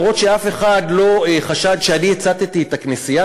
גם אם אף אחד לא חשד שאני הצתתי את הכנסייה,